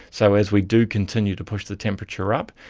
so as we do continue to push the temperature up,